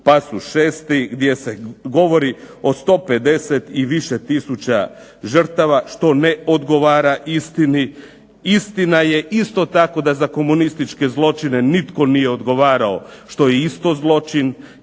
4. pasuš 6. gdje se govori o 150 i više tisuća žrtava, što ne odgovara istini. Istina je isto tako da za komunističke zločine nitko nije odgovarao što je isto zločin.